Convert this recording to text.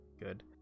good